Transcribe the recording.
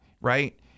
right